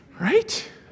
right